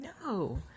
No